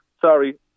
sorry